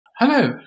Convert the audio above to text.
Hello